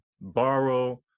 borrow